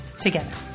together